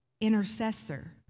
intercessor